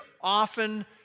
often